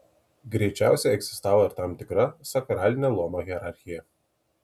greičiausiai egzistavo ir tam tikra sakralinio luomo hierarchija